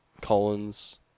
Collins